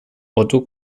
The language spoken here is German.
otto